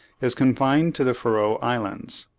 is confined to the feroe islands.